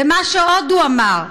ומה שעוד הוא אמר: